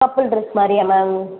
couple dress மாதிரியா ma'am